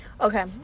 okay